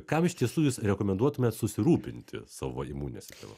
kam iš tiesų jūs rekomenduotumėt susirūpinti savo imunine sistema